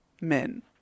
men